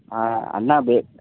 ಹಾಂ ಅನ್ನ ಬೇಕು